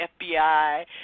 FBI